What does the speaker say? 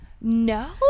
No